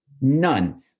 none